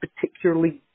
particularly